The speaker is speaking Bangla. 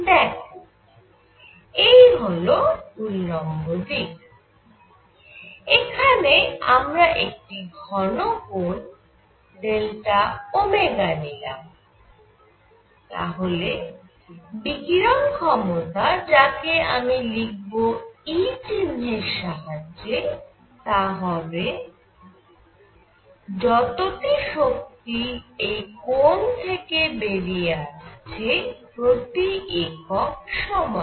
দেখো এই হল উল্লম্ব দিক এখানে আমরা একটি ঘন কোণ ΔΩ নিলাম তাহলে বিকিরণ ক্ষমতা যাকে আমি লিখব e চিহ্নের সাহায্যে তা হবে যতটি শক্তি এই কোণ থেকে বেরিয়ে আসছে প্রতি একক সময়ে